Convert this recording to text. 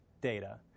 data